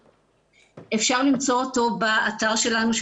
אפשר למצוא אותו באתר שלנו,